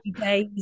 days